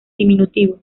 diminutivo